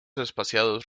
espaciados